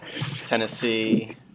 Tennessee